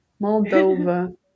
Moldova